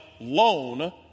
loan